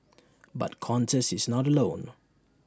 but Qantas is not alone